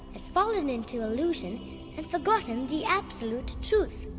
has fallen into illusion and forgotten the absolute truth.